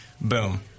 boom